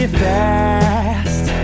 fast